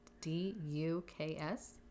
d-u-k-s